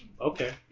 okay